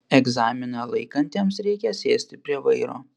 egzaminą laikantiems reikia sėsti prie vairo